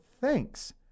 thanks